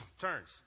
turns